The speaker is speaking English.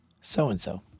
so-and-so